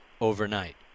overnight